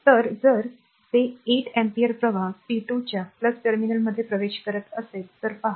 तर जर ते 8 अँपिअर प्रवाह p2 च्या टर्मिनलमध्ये प्रवेश करत असेल तर पहा